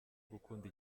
gukunda